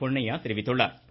பொன்னையா தெரிவித்துள்ளா்